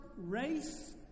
race